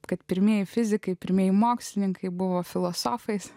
kad pirmieji fizikai pirmieji mokslininkai buvo filosofais